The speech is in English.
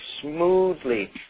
smoothly